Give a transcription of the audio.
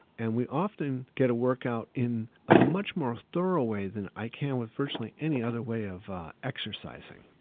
and we often get a workout in a much more thorough way than i can with virtually any other way of exercising.